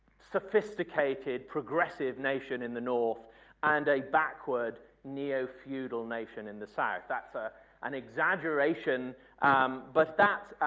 sophisticated, progressive nation in the north and a backward, near-feudal nation in the south. that's ah an exaggeration um but that's